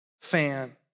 fan